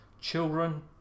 Children